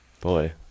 boy